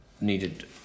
needed